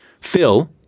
Phil